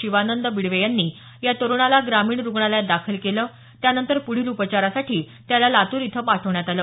शिवानंद बिडवे यांनी या तरुणाला ग्रामीण रुग्णालयात दाखल केलं त्यानंतर पुढील उपचारासाठी या तरुणाला लातूर इथं पाठवण्यात आलं